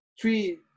three